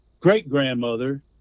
great-grandmother